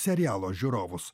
serialo žiūrovus